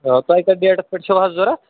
آ تۅہہِ کَتھ ڈیٚٹس پیٚٹھ چھَوٕ حظ ضروٗرت